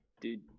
Dude